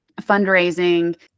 fundraising